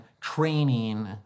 training